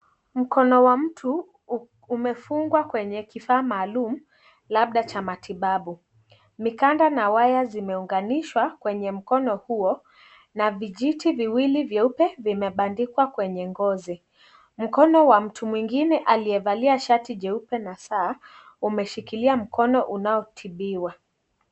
Mkono wa mtu umefungwa kwenye kifaa maalum, labda cha matibabu. Mikanda na waya zimeunganishwa kwenye mkono huo na vijiti viwili vyeupe vimebandikwa kwenye ngozi. Mkono wa mtu mwingine aliyevalia shati jeupe na saa, umeshikilia mkono unaotibiwa.